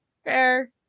Fair